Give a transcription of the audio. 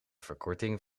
verkorting